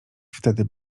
wtedy